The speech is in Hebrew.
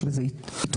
יש לזה יתרונות.